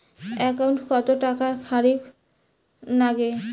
একাউন্টত কত টাকা রাখীর নাগে?